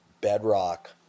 bedrock